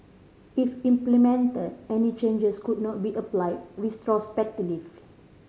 if implemented any changes could not be applied retrospectively